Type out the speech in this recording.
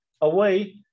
away